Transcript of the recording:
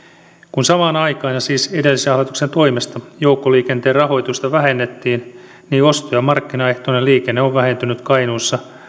kun samaan aikaan siis edellisen hallituksen toimesta joukkoliikenteen rahoitusta vähennettiin niin osto ja markkinaehtoinen liikenne on vähentynyt kainuussa